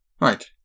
right